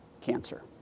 cancer